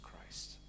Christ